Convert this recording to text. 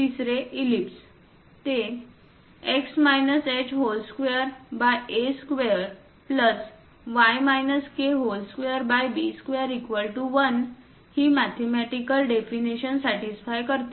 तिसरे ईलिप्सते x h2a2y k2b21 ही मॅथेमॅटिकल डेफिनेशन सॅटिस्फाय करते